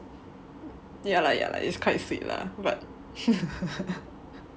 ya lah ya lah it's quite sweet lah but